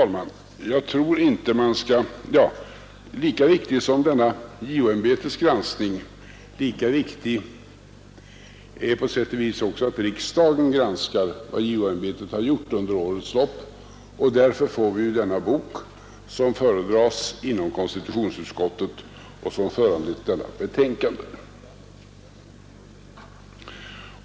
Lika viktig som JO-ämbetets granskning är på sitt sätt riksdagens granskning av vad JO-ämbetet har gjort under årens lopp. Därför får vi varje år en bok med JO:s ämbetsberättelse, som föredras i konstitutionsutskottet och som föranleder ett betänkande från utskottet.